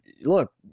look